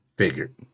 Figured